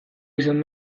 izan